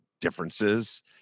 differences